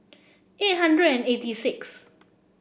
eight hundred and eighty six